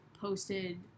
posted